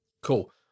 Cool